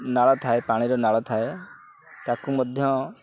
ନାଳ ଥାଏ ପାଣିରେ ନାଳ ଥାଏ ତାକୁ ମଧ୍ୟ